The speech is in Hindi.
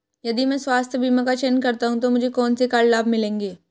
यदि मैं स्वास्थ्य बीमा का चयन करता हूँ तो मुझे कौन से कर लाभ मिलेंगे?